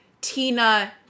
Tina